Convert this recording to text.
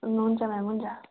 हुन्छ म्याम हुन्छ